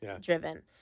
driven